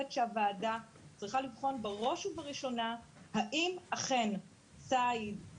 שהוועדה צריכה לבחון בראש ובראשונה האם אכן ציד,